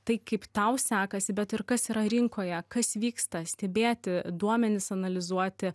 tai kaip tau sekasi bet ir kas yra rinkoje kas vyksta stebėti duomenis analizuoti